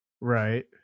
Right